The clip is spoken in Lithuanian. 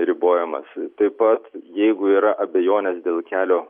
ribojamas taip pat jeigu yra abejonės dėl kelio